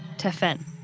tefen.